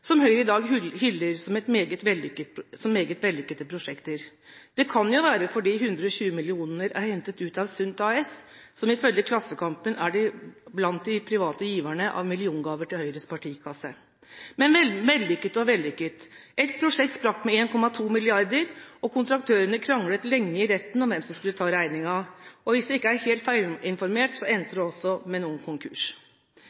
som Høyre i dag hyller som meget vellykkede prosjekter. Det kan jo være fordi 120 mill. er hentet ut av Sundt AS, som ifølge Klassekampen er blant de private giverne av milliongaver til Høyres partikasse. Vellykket og vellykket – et prosjekt sprakk med 1,2 mrd. kr, og kontraktørene kranglet lenge i retten om hvem som skulle ta regningen. Hvis jeg ikke er helt feilinformert,